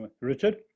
Richard